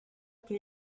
que